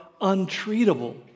untreatable